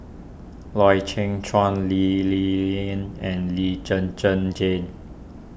Loy Chye Chuan Lee Ling Yen and Lee Zhen Zhen Jane